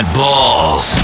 balls